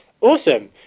Awesome